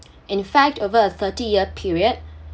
in fact over a thirty year period